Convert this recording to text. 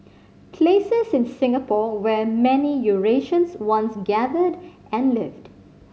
places in Singapore where many Eurasians once gathered and lived